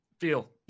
Feel